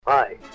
Hi